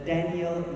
Daniel